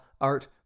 art